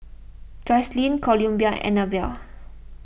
Jocelyne Columbia and Annabelle